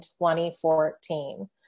2014